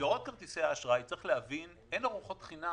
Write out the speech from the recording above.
מסגרות כרטיסי האשראי צריך להבין: אין ארוחות חינם,